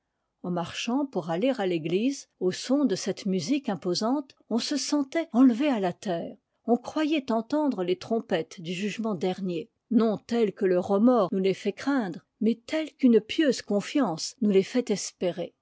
en marchant pour aller à l'église au son de cette musique imposante on se sentait enlevé à la terre on croyait entendre les trompettes du jugement dernier non telles que le remords nous les fait craindre mais telles qu'une pieuse confiance nous les fait espérer